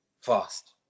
fast